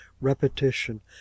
repetition